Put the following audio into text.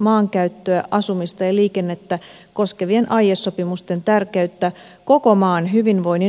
maankäyttöä asumista ja liikennettä koskevien aiesopimusten tärkeyttä koko maan hyvinvoinnin synnyttämisessä